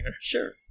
Sure